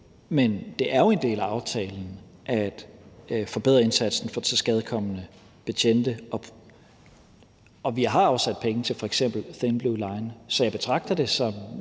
men det er jo en del af aftalen at forbedre indsatsen for tilskadekomne betjente, og vi har sat penge af til f.eks. Thin Blue Line. Så jeg betragter det som